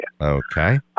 Okay